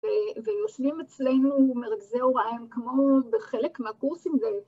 ‫ויושבים אצלנו מרכזי הוראה, ‫כמו בחלק מהקורסים,